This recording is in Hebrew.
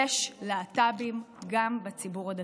יש להט"בים גם בציבור הדתי.